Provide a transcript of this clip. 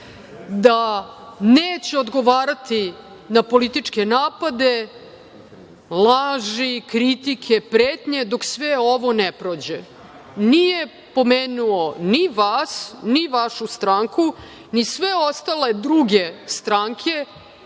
da neće odgovarati na političke napade, laži, kritike, pretnje dok sve ovo ne prođe. Nije pomenuo ni vas, ni vašu stranku, ni sve ostale druge stranke